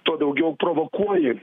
tuo daugiau provokuoji